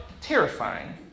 terrifying